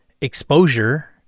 exposure